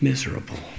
Miserable